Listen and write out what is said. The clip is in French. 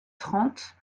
trente